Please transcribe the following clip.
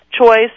Choice